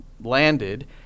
landed